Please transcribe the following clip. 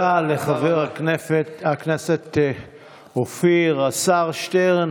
חבר הכנסת קרעי, אמרת את זה אתמול.